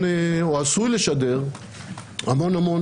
זאת אומרת שאין הפתעות למי ששולח את המידע.